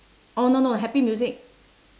oh no no happy music